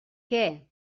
què